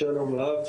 שלום רב,